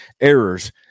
errors